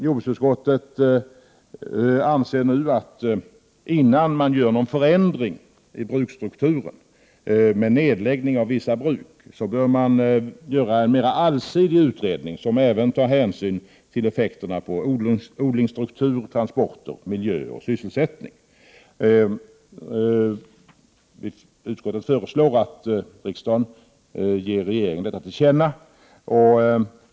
Jordbruksutskottet anser, att innan man gör någon förändring av bruksstrukturen med nedläggning av vissa bruk, bör en mer allsidig utredning göras i vilken man tar hänsyn även till effekterna på odlingsstruktur, transporter, miljö och sysselsättning. Utskottet föreslår att riksdagen skall ge regeringen detta till känna.